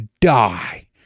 die